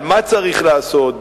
על מה צריך לעשות,